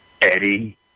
Eddie